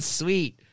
sweet